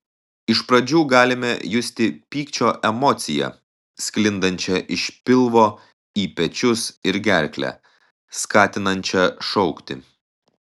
iš pradžių galime justi pykčio emociją sklindančią iš pilvo į pečius ir gerklę skatinančią šaukti